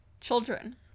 children